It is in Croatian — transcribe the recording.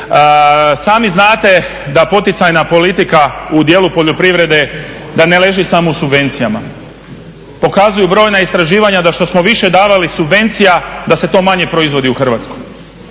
Sami znate da poticajna politika u dijelu poljoprivrede, da ne leži samo u subvencijama. Pokazuju brojna istraživanja da što smo više davali subvencija, da se to manje proizvodi u Hrvatskoj.